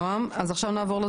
עורך הדין